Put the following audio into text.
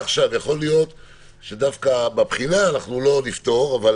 עכשיו זה שיכול להיות שלא נפטור מבחינה,